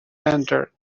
entered